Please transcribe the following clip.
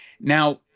Now